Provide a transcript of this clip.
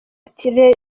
ati